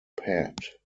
pad